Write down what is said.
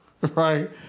Right